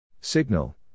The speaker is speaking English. Signal